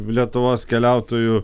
lietuvos keliautojų